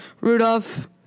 Rudolph